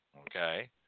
okay